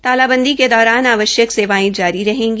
तालाबंदी के दौरान आवश्यक सेवाएं जारी रहेगी